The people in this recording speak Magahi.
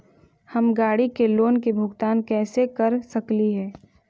हम गाड़ी के लोन के भुगतान कैसे कर सकली हे?